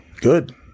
Good